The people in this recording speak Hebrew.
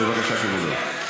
בבקשה, כבודו.